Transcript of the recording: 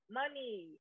money